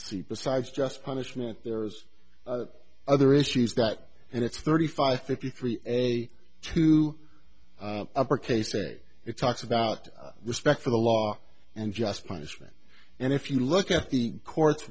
see besides just punishment there's other issues that and it's thirty five fifty three to upper case that it talks about respect for the law and just punishment and if you look at the court